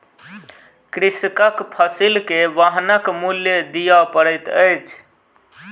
कृषकक फसिल के वाहनक मूल्य दिअ पड़ैत अछि